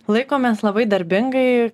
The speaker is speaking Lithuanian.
laikomės labai darbingai